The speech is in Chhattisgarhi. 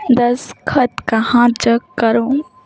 दस्खत कहा जग करो?